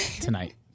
tonight